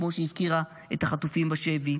כמו שהיא הפקירה את החטופים בשבי.